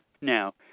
now